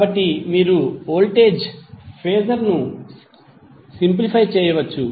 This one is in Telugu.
కాబట్టి మీరు వోల్టేజ్ ఫేజర్ ను సింప్లిఫై చేయవచ్చు